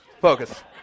Focus